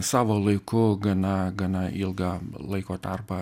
savo laiku gana gana ilgą laiko tarpą